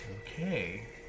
Okay